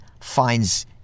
finds